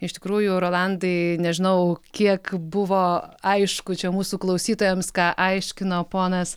iš tikrųjų rolandai nežinau kiek buvo aišku čia mūsų klausytojams ką aiškino ponas